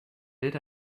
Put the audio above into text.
lit